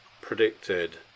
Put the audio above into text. predicted